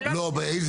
אני לא אגיד את